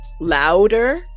Louder